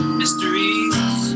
mysteries